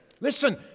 Listen